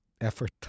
effort